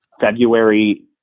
February